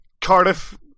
Cardiff